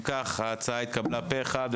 אם כך, ההצעה התקבלה פה אחד.